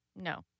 No